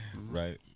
Right